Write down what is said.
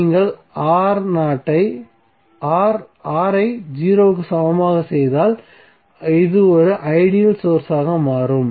நீங்கள் R ஐ 0 க்கு சமமாக செய்தால் இது ஒரு ஐடியல் சோர்ஸ் ஆக மாறும்